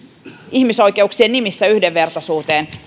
ihmisoikeuksien nimissä yhdenvertaisuuteen